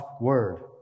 Word